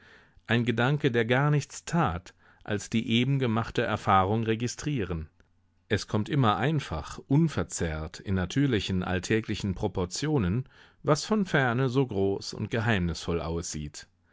ein gedanke der gar nichts tat als die eben gemachte erfahrung registrieren es kommt immer einfach unverzerrt in natürlichen alltäglichen proportionen was von ferne so groß und geheimnisvoll aussieht